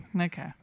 Okay